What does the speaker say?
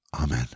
Amen